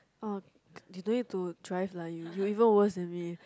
oh you don't need to drive lah you you even worse than me